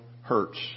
hurts